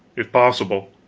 if possible,